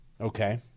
Okay